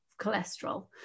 cholesterol